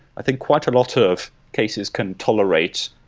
i think quite a lot of cases can tolerate